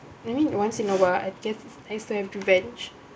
I mean once in a while nice to have revenge